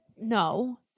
no